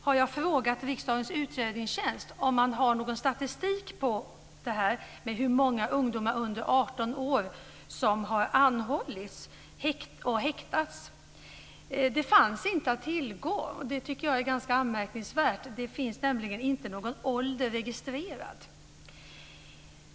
Jag har frågat Riksdagens utredningstjänst om det finns någon statistik över hur många ungdomar under 18 år som har anhållits och häktats. Det fanns inte någon sådan att tillgå. Det tycker jag är ganska anmärkningsvärt. Det finns nämligen inte någon ålder registrerad.